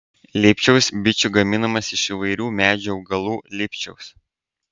lipčiaus bičių gaminamas iš įvairių medžių augalų lipčiaus